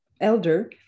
elder